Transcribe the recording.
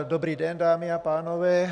Dobrý den, dámy a pánové.